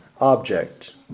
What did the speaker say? object